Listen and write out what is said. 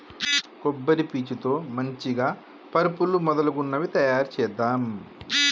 కొబ్బరి పీచు తో మంచిగ పరుపులు మొదలగునవి తాయారు చేద్దాం